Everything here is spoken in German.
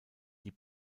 die